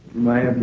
way